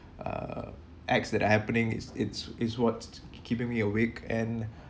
uh acts that are happening it's it's it's what's keeping me awake and